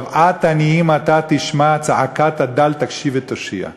"שוועת עניים אתה תשמע צעקת הדל תקשיב ותושיע".